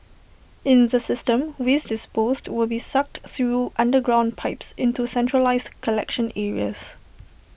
in the system waste disposed will be sucked through underground pipes into centralised collection areas